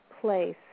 place